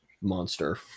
monster